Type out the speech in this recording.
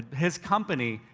his company,